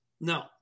No